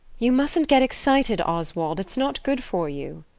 you mustn't get excited, oswald. it's not good for you.